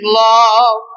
love